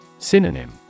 Synonym